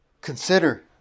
Consider